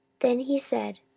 then he said,